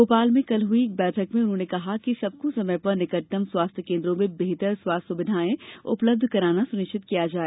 भोपाल में कल हुई एक बैठक में उन्होंने कहा कि सबको समय पर निकटतम स्वास्थ्य कोन्द्रों में बेहतर स्वास्थ्य सुविधाएँ उपलब्ध कराना सुनिश्चित किया जाए